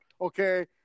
Okay